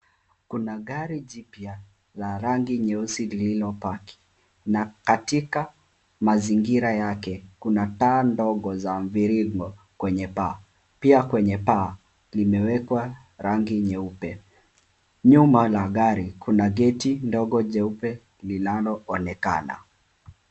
Kuna gari jipya la rangi nyeusi lililopaki, na katika mazingira yake kuna taa ndogo za mviringo kwenye paa, pia kwenye paa limewekwa rangi nyeupe, nyuma la gari kuna geti ndogo jeupe linaloonekana.